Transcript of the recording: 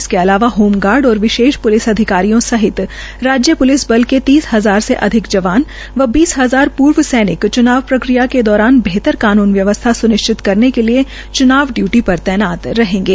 इसके अलावा होर्ड और विशेष प्लिस अधिकारियों सहित राज्य प्लिस बल के तीस हजार से अधिक व बीस हजार प्र्व सैनिक च्नाव प्रक्रिया के दौरान बेहतर कानून व्यवस्था स्निश्चित करने के लिये च्नाव डयूटी पर तैनात रहेंगे